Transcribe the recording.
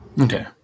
Okay